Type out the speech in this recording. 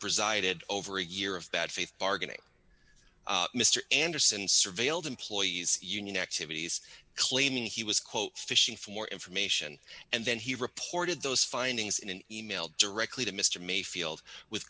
presided over a year of bad faith bargaining mr anderson surveilled employees union activities claiming he was quote fishing for information and then he reported those findings in an e mail directly to mr mayfield with